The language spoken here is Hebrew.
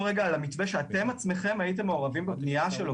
לרגע על המתווה שאתם עצמכם הייתם מעורבים בבנייה שלו,